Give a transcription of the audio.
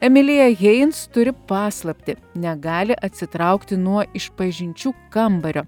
emilija heins turi paslaptį negali atsitraukti nuo išpažinčių kambario